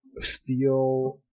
feel